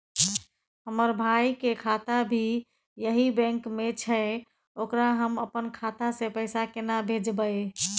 हमर भाई के खाता भी यही बैंक में छै ओकरा हम अपन खाता से पैसा केना भेजबै?